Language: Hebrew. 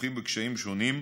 כרוכים בקשיים שונים,